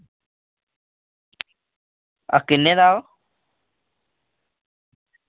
किन्ने दा ओह्